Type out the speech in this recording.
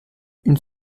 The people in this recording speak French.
une